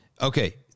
Okay